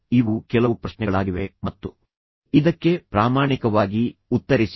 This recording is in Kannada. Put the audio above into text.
ಈಗ ಇವು ಕೆಲವು ಪ್ರಶ್ನೆಗಳಾಗಿವೆ ಮತ್ತು ಇದಕ್ಕೆ ಪ್ರಾಮಾಣಿಕವಾಗಿ ಉತ್ತರಿಸಿ